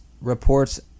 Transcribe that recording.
reports